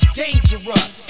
dangerous